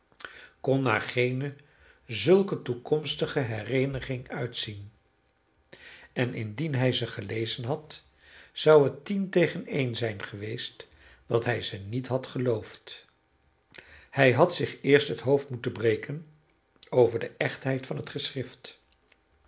kon naar geene zulke toekomstige hereeniging uitzien en indien hij ze gelezen had zou het tien tegen een zijn geweest dat hij ze niet had geloofd hij had zich eerst het hoofd moeten breken over de echtheid van het geschrift